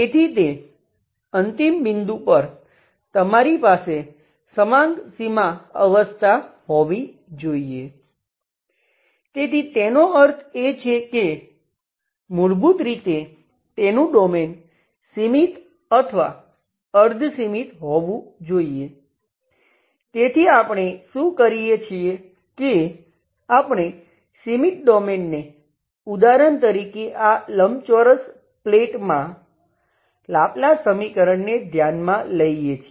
તેથી તેનો અર્થ એ છે કે મૂળભૂત રીતે તેનું ડોમેઈન માં લાપ્લાસ સમીકરણને ધ્યાનમાં લઈએ છીએ